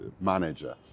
manager